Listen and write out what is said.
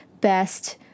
best